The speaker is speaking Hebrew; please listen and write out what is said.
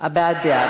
הבעת דעה.